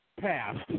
passed